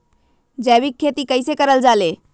जैविक खेती कई से करल जाले?